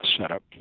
setup